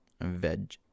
Veg